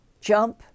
Jump